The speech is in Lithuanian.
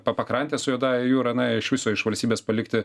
pa pakrantės su juodąja jūra na iš viso iš valstybės palikti